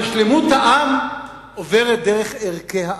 אבל שלמות העם עוברת דרך ערכי העם,